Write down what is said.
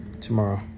tomorrow